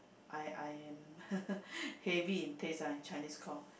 I I'm heavy in taste ah in Chinese called